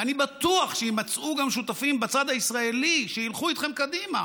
ואני בטוח שיימצאו גם שותפים בצד הישראלי שילכו איתכם קדימה,